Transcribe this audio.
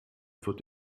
wird